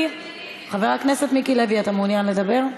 חבר הכנסת מיקי לוי, אתה מעוניין לדבר?